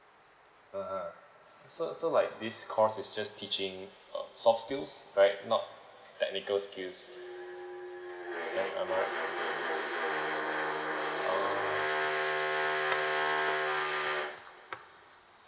uh ah so so like this course it's just teaching uh soft skills right not technical skills am I right oh